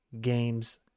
games